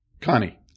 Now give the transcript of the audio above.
Connie